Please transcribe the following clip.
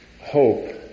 hope